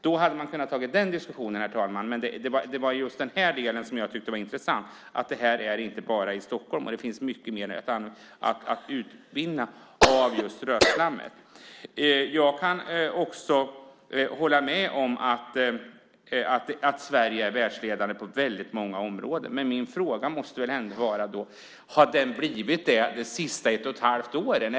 Då hade man kunnat ta den diskussionen, men det var just detta som var intressant - det handlar inte bara om Stockholm, utan det finns mycket mer att utvinna av just rötslammet. Jag kan också hålla med om att Sverige är världsledande på väldigt många områden, men min fråga blir då: Har Sverige blivit det de senaste ett och ett halvt åren?